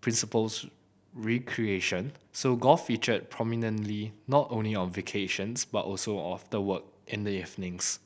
principals recreation so golf featured prominently not only on vacations but also after work in the evenings